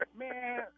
Man